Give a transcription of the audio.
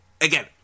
Again